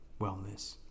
wellness